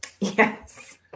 Yes